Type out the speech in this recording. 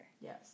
Yes